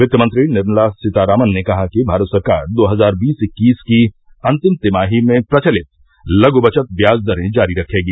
वित्त मंत्री निर्मला सीतारामन ने कहा कि भारत सरकार दो हजार बीस इक्कीस की अंतिम तिमाही में प्रचलित लघु बचत ब्याज दरें जारी रखेगी